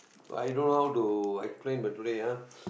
i don't how to explain but today ah